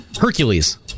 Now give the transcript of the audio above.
Hercules